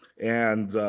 and